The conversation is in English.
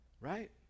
right